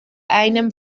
einem